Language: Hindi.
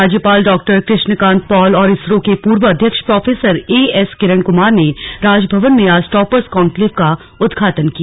राज्यपाल डॉ कृष्ण कान्त पॉल और इसरो के पूर्व अध्यक्ष प्रोफेसर एएस किरन कुमार ने राजभवन में आज टापर्स कॉन्क्लेव का उदघाटन किया